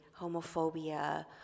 homophobia